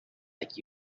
like